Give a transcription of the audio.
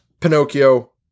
Pinocchio